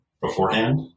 beforehand